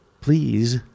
Please